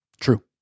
True